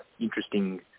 interesting